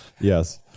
Yes